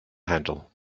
handle